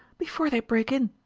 before they break in